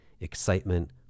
excitement